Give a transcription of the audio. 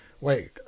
Wait